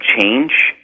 change